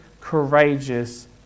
courageous